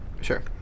Sure